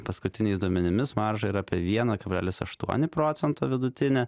paskutiniais duomenimis marža yra apie vieną kablelis aštuoni procento vidutinė